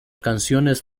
canciones